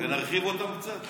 ונרחיב אותם קצת?